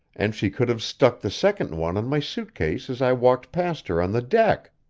and she could have stuck the second one on my suit case as i walked past her on the deck.